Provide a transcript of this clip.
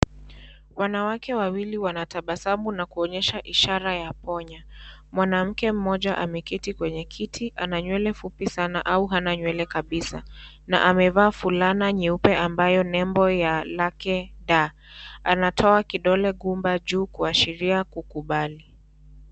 Wanawake wawili wanatabasamu na kuonyesha ishara ya kupona. Mwanamke mmoja ameketi kwenye kiti ana nywele fupi sana au hana nywele kabisa, na amevaa fulana nyeupe ambayo nembo ya Lake D. Anatoa kidole gumba juu kuashiria kukubali.